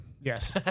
Yes